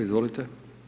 Izvolite.